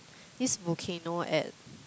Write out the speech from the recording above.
this volcano at